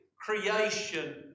creation